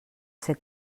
ser